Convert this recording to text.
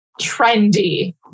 trendy